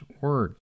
word